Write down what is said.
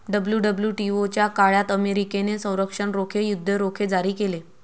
WWTO च्या काळात अमेरिकेने संरक्षण रोखे, युद्ध रोखे जारी केले